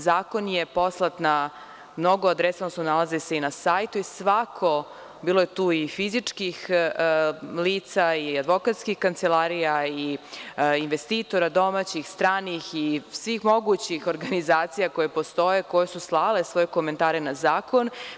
Zakon je poslat na mnogo adresa, on se nalazi i na sajtu i svako, a bilo je tu i fizičkih lica i advokatskih kancelarija i investitora domaćih i stranih i svih mogućih organizacija koje postoje, koje su slale svoje komentare na zakon.